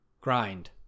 grind